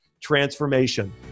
transformation